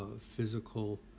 physical